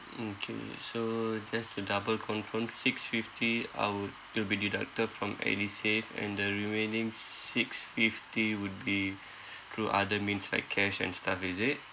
mm K so just to double confirm six fifty I would that'll be deducted from edusave and the remaining s~ six fifty would be through other means like cash and stuff is it